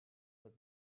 that